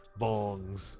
bongs